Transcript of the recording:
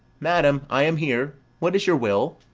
madam, i am here. what is your will?